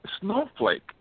snowflake